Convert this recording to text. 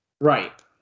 Right